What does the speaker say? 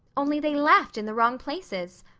only they laughed in the wrong places.